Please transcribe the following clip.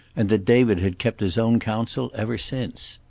and that david had kept his own counsel ever since.